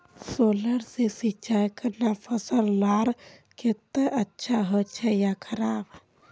Solar से सिंचाई करना फसल लार केते अच्छा होचे या खराब?